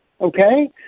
okay